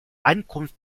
ankunft